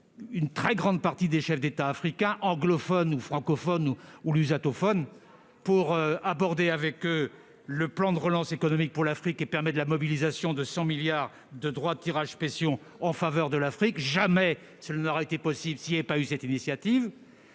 une très grande partie des chefs d'État africains, anglophones, francophones ou lusophones, pour aborder avec eux le plan de relance économique pour l'Afrique et permettre la mobilisation de 100 milliards de dollars de droits de tirage spéciaux en faveur de l'Afrique. Jamais cela n'aurait été possible sans la France.